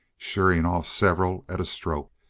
shearing off several at a stroke.